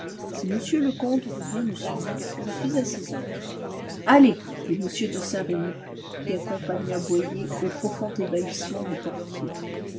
si monsieur le comte veut bien me suivre je suis à ses ordres allez dit m de saint-remy qui accompagna boyer au profond ébahissement du portier